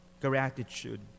gratitude